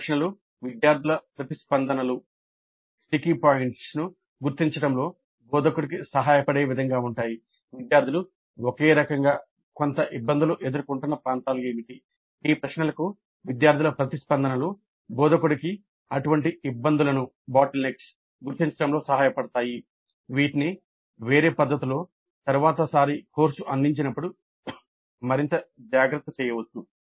కొన్ని ప్రశ్నలు విద్యార్థుల ప్రతిస్పందనలు స్టిక్కీ పాయింట్లను గుర్తించడంలో సహాయపడతాయి వీటిని వేరే పద్ధతిలో తరువాతిసారి కోర్సు అందించినప్పుడు మరింత జాగ్రత్త చేయవచ్చు